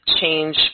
change